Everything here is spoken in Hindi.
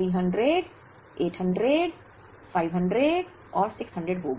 300 800 500 और 600 होगा